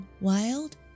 wild